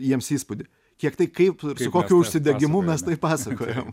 jiems įspūdį kiek tai kaip ir kokiu užsidegimu mes pasakojam